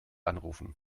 anrufen